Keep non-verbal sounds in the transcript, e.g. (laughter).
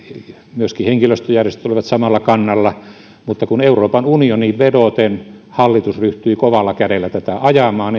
myöskin henkilöstöjärjestöt olivat samalla kannalla mutta kun euroopan unioniin vedoten hallitus ryhtyi kovalla kädellä tätä ajamaan (unintelligible)